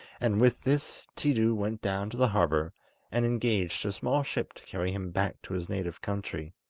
and with this tiidu went down to the harbour and engaged a small ship to carry him back to his native country.